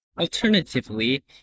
Alternatively